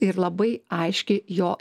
ir labai aiškiai jo